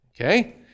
Okay